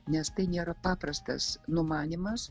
nes tai nėra paprastas numanymas